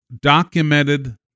documented